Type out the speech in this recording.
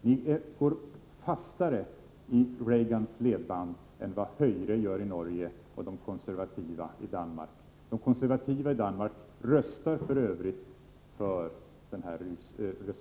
Ni går fastare i Reagans ledband än vad höyre gör i Norge och de konservativa i Danmark. De konservativa i Danmark röstar f.ö. för frystexten.